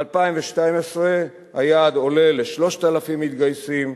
ב-2012 היעד עולה ל-3,000 מתגייסים,